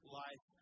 life